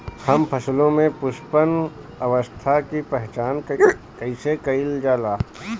हम फसलों में पुष्पन अवस्था की पहचान कईसे कईल जाला?